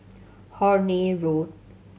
Horne Road